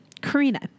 Karina